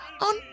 on